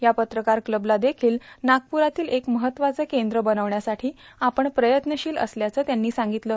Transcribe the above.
या पत्रकार क्लबला देखील नागपुरातील एक महत्त्वाचं कद्र बनवण्यासाठी आपण प्रयत्नशील असल्याचं सांगगतलं